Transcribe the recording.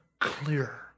clear